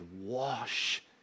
wash